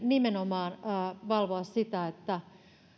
nimenomaan valvoa sitä että